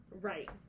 right